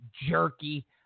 jerky